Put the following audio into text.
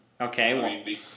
Okay